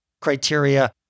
criteria